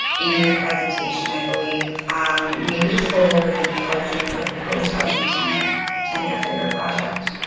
in your presentation i believe um maybe just go over the housing or the proposed housing tenor tenure for your project.